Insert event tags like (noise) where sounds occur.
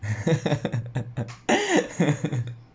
(laughs)